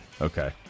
Okay